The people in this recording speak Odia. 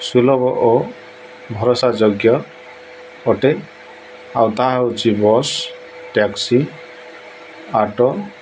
ସୁଲଭ ଓ ଭରସା ଯୋଗ୍ୟ ଅଟେ ଆଉ ତାହା ହଉଛି ବସ୍ ଟ୍ୟାକ୍ସି ଅଟୋ